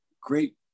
great